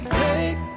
take